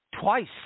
twice